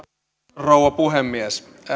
rouva puhemies